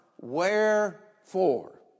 Wherefore